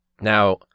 now